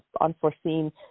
unforeseen